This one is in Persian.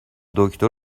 دکتر